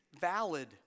valid